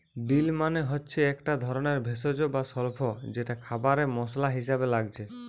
deal মানে হচ্ছে একটা ধরণের ভেষজ বা স্বল্প যেটা খাবারে মসলা হিসাবে লাগছে